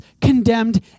condemned